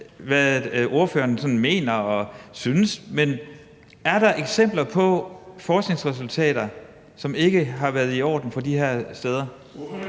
hvad ordføreren sådan mener og synes. Men er der eksempler på forskningsresultater, som ikke har været i orden, fra de her steder?